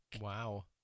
Wow